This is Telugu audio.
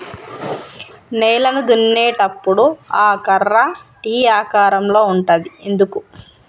నేలను దున్నేటప్పుడు ఆ కర్ర టీ ఆకారం లో ఉంటది ఎందుకు?